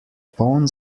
poln